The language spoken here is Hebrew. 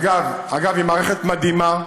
אגב, היא מערכת מדהימה,